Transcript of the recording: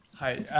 hi,